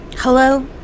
Hello